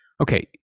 okay